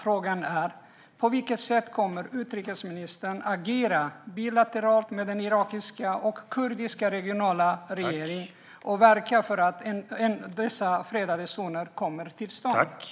Frågan är: På vilket sätt kommer utrikesministern att agera bilateralt med den irakiska och kurdiska regionala regeringen och verka för att dessa fredade zoner kommer till stånd?